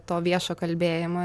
to viešo kalbėjimo